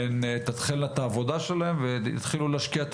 הן תתחלנה את העבודה שלהן ויתחילו להשקיע את